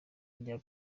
rya